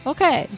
Okay